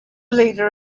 leader